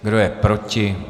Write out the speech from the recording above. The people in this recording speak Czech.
Kdo je proti?